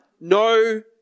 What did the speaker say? no